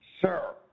sir